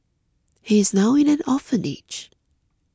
he's now in an orphanage